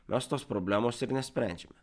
mes tos problemos ir nesprendžiame